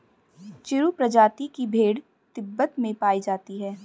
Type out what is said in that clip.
चिरु प्रजाति की भेड़ तिब्बत में पायी जाती है